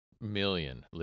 Million